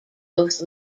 both